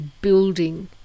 building